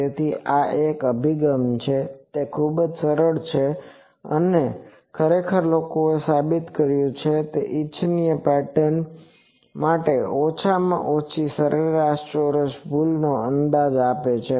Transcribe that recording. તેથી આ એક અભિગમ છે તે ખૂબ જ સરળ છે અને ખરેખર લોકોએ સાબિત કર્યું છે કે તે ઇચ્છિત પેટર્ન માટે ઓછામાં ઓછી સરેરાશ ચોરસ ભૂલ નો અંદાજ આપે છે